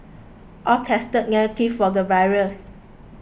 all tested negative for the virus